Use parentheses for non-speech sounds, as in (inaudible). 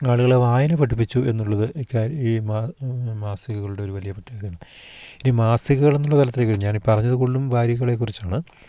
ആളുകളെ വായന പഠിപ്പിച്ചു എന്നുള്ളത് ഈ ഈ മാസികകളുടെ ഒരു വലിയ പ്രത്യേകതയാണ് ഇനി മാസികകളെന്നുള്ള തലത്തിലേക്ക് (unintelligible) ഞാനീ പറഞ്ഞത് കൂടുതലും വാരികളെക്കുറിച്ചാണ്